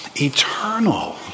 eternal